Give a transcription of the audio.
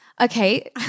okay